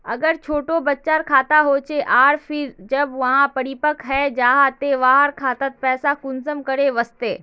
अगर छोटो बच्चार खाता होचे आर फिर जब वहाँ परिपक है जहा ते वहार खातात पैसा कुंसम करे वस्बे?